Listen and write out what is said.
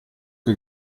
che